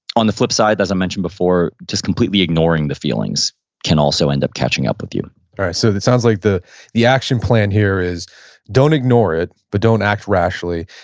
on the flip side, as i mentioned before, just completely ignoring the feelings feelings can also end up catching up with you all right, so it sounds like the the action plan here is don't ignore it, but don't act rationally,